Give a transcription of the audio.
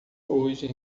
hoje